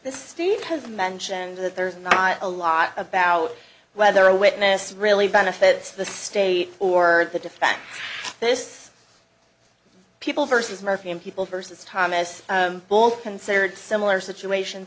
this steve has mentioned that there's not a lot about whether a witness really benefits the state or the defense this people versus murphy and people versus thomas all considered similar situations